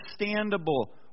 understandable